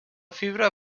fibra